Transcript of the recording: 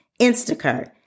Instacart